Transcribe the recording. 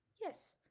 Yes